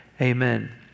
amen